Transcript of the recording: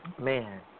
man